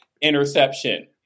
interception